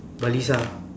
baliza